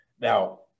Now